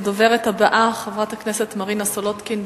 הדוברת הבאה, חברת הכנסת מרינה סולודקין.